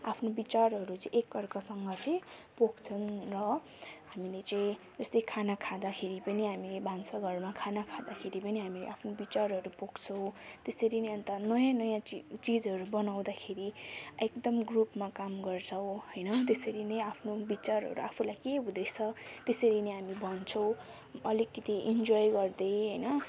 आफ्नो विचारहरू चाहिँ एकअर्कासँग चाहिँ पोख्छन् र हामीले चाहिँ जस्तै खाना खाँदाखेरि पनि हामी भान्साघरमा खानाखाँदाखेरि पनि हामी आफ्नो विचारहरू पोख्छौँ त्यसरी नै अन्त नयाँ नयाँ चिजहरू बनाउँदाखेरि एकदम ग्रुपमा काम गर्छौँ होइन त्यसरी नै आफ्नो विचार एउटा आफूलाई के हुँदैछ त्यसरी नै हामी भन्छौँ अलिकति इन्जोय गर्दै होइन